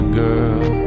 girl